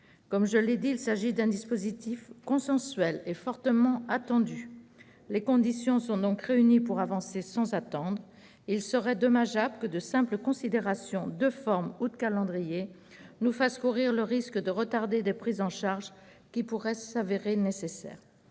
Comme je l'ai dit, il s'agit d'un dispositif consensuel et fortement attendu. Les conditions sont donc réunies pour avancer sans attendre. Il serait dommageable que de simples considérations de forme ou de calendrier nous fassent courir le risque de retarder des prises en charge qui pourraient s'avérer nécessaires.